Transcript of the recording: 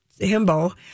himbo